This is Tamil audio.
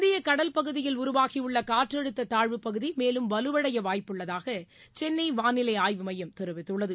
இந்திய கடல் பகுதியியில் உருவாகி உள்ள காற்றழுத்த தாழ்வு பகுதி மேலும் வலுவடைய வாய்ப்பு உள்ளதாக சென்னை வானிலை ஆய்வு மையம் தெரிவித்துள்ளது